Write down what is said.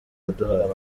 yaduhaye